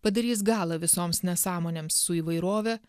padarys galą visoms nesąmonėms su įvairove